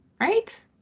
right